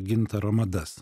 gintaro madas